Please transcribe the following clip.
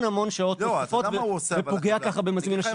המון שעות נוספות ופוגע ככה במזמין השירות.